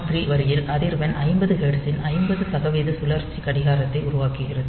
3 வரியில் அதிர்வெண் 50 ஹெர்ட்ஸின் 50 சதவீத பணிசுழற்சி கடிகாரத்தை உருவாக்குகிறது